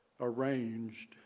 arranged